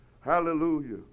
Hallelujah